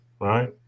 right